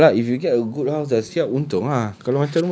if ya lah if you get a good house dah siap untung ah